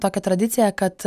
tokią tradiciją kad